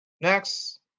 Next